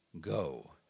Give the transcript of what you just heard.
Go